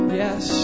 yes